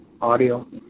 audio